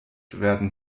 werden